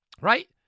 right